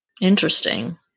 Interesting